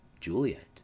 Juliet